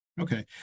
Okay